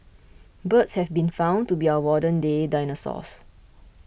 birds have been found to be our modern day dinosaurs